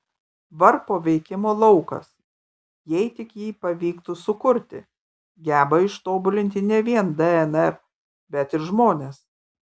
varpo veikimo laukas jei tik jį pavyktų sukurti geba ištobulinti ne vien dnr bet ir žmones